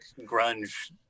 grunge